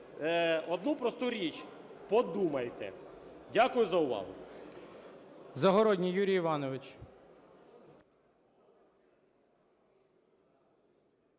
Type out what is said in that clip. одну просту річ: подумайте. Дякую за увагу.